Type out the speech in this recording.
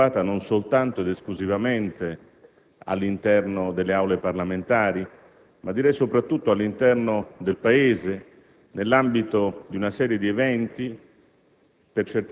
si è sviluppata non soltanto ed esclusivamente all'interno delle Aule parlamentari, ma soprattutto del Paese nell'ambito di una serie di eventi,